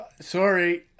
sorry